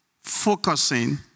focusing